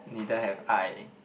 neither have I